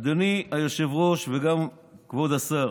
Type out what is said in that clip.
אדוני היושב-ראש וגם כבוד השר,